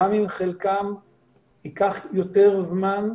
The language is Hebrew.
גם אם לחלקם ייקח יותר זמן,